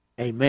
Amen